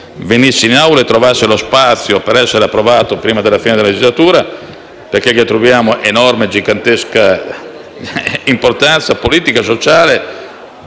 discusso in Aula e trovasse lo spazio per essere approvato prima della fine della legislatura, perché gli riconosciamo un'enorme, gigantesca importanza politica e sociale